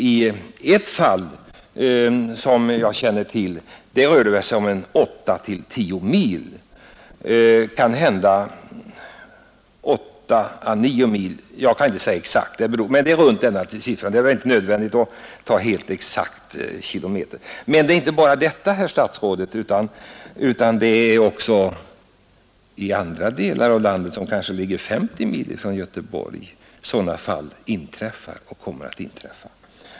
I ett fall som jag känner till rör det sig om 8—9 mil, jag kan inte säga exakt. Men det är inte bara inom Göteborgsregionen, herr statsråd, utan också i andra delar av landet, kanske 50 mil från Göteborg, som sådana här fall inträffar och kommer att inträffa.